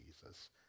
Jesus